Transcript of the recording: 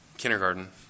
kindergarten